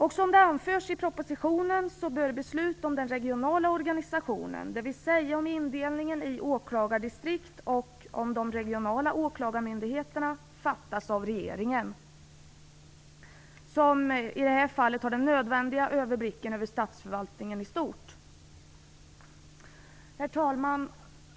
Såsom anförs i propositionen bör beslut om den regionala organisationen, dvs. om indelningen i åklagardistrikt och om de regionala åklagarmyndigheterna, fattas av regeringen, som ju har den i det här fallet nödvändiga överblicken över statsförvaltningen i stort. Herr talman!